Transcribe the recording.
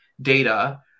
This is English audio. data